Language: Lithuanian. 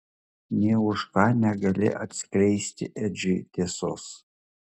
nė už ką negali atskleisti edžiui tiesos